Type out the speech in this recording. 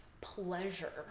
pleasure